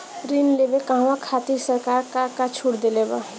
ऋण लेवे कहवा खातिर सरकार का का छूट देले बा?